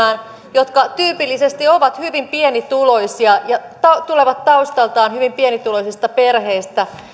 jotka tyypillisesti ovat hyvin pienituloisia ja tulevat taustaltaan hyvin pienituloisista perheistä